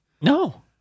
No